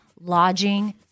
lodging